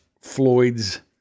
Floyd's